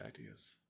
ideas